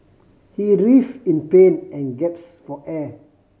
he writhe in pain and gaps for air